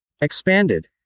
Expanded